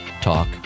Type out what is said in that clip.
Talk